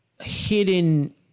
hidden